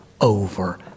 over